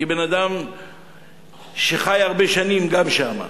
כבן-אדם שחי הרבה שנים שם,